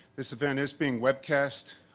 this event is being webcast.